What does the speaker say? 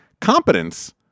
competence